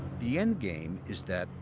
the endgame is that,